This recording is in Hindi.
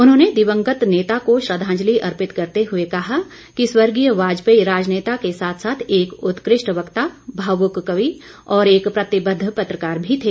उन्होंने दिवंगत नेता को श्रद्दाजंलि अर्पित करते हुए कहा कि स्वर्गीय वाजपेयी राजनेता के साथ साथ एक उत्कृष्ट वक्ता भावुक कवि और एक प्रतिबद्ध पत्रकार भी थे